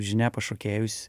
žinia pas šokėjus